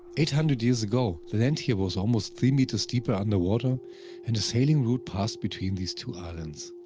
eight hundred years ago, the land here was almost three meters deeper underwater and a sailing route passed between these two islands.